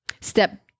Step